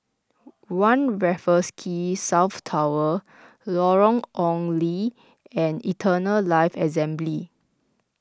one Raffles Quay South Tower Lorong Ong Lye and Eternal Life Assembly